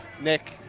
Nick